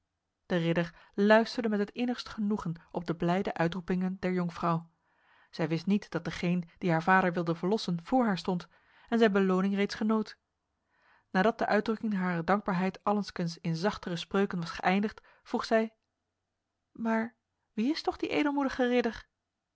de ridder luisterde met het innigst genoegen op de blijde uitroepingen der jonkvrouw zij wist niet dat degeen die haar vader wilde verlossen voor haar stond en zijn beloning reeds genoot nadat de uitdrukking harer dankbaarheid allengskens in zachtere spreuken was geëindigd vroeg zij maar wie is toch die edelmoedige ridder